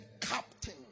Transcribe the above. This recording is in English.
captain